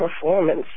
performance